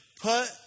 put